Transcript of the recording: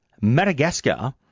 Madagascar